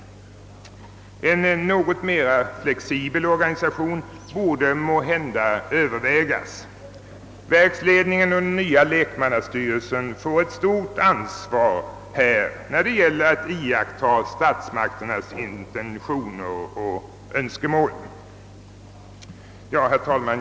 En något mera flexibel organisation borde måhända övervägas. Verksledningen och den nya lekmannastyrelsen får härvidlag ett stort ansvar när det gäller att iaktta statsmakternas intentioner och önskemål. Herr talman!